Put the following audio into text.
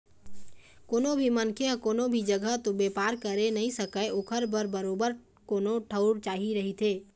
कोनो भी मनखे ह कोनो भी जघा तो बेपार करे नइ सकय ओखर बर बरोबर कोनो ठउर चाही रहिथे